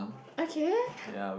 okay